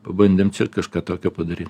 pabandėm čia kažką tokio padary